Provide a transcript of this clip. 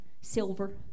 silver